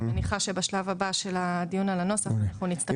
אני מניחה שבשלב הבא של הדיון על הנוסח אנחנו נתייחס אליהם.